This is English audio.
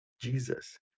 Jesus